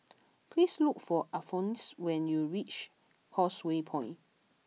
please look for Alphonse when you reach Causeway Point